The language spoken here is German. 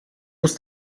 muss